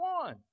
one